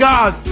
God